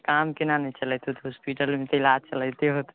काम कोना नहि चलैत हैत हॉस्पिटलमे इलाज चलैत होतै